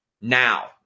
now